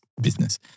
business